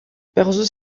بخصوص